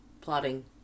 plotting